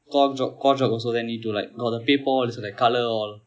core geog core geog also then need to like got the paper all is like colour all